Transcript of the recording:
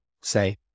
say